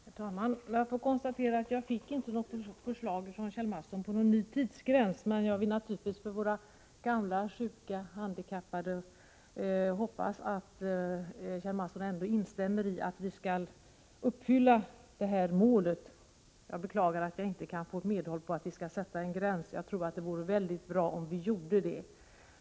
Herr talman! Jag får konstatera att jag inte fick något förslag från Kjell Mattsson om en ny tidsgräns, men jag vill naturligtvis med tanke på våra gamla, sjuka och handikappade hoppas att Kjell Mattsson ändå instämmer i att vi skall försöka nå målet. Jag beklagar att jag inte kan få medhåll när det gäller att sätta en gräns. Det vore säkert mycket bra, om vi gjorde detta.